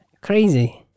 crazy